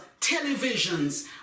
televisions